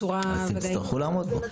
אז תצטרכו לעמוד בו.